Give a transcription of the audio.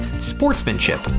Sportsmanship